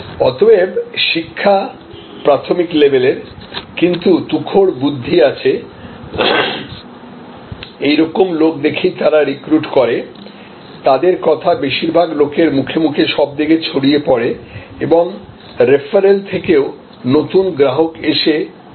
অতএব শিক্ষা প্রাথমিক লেভেলের কিন্তু তুখোড় বুদ্ধি আছে এই রকম লোক দেখেই তারা রিক্রুট করে তাদের কথা বেশিরভাগ লোকের মুখে মুখে সব দিকে ছড়িয়ে পড়েএবং রেফারেল থেকেও নতুন গ্রাহক এসে যায়